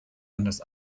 anders